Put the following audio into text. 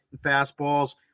fastballs